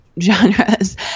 genres